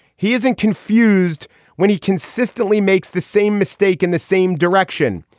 he isn't confused when he consistently makes the same mistake in the same direction.